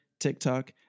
TikTok